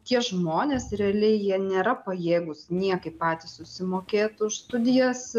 tie žmonės realiai jie nėra pajėgūs niekaip patys susimokėt už studijas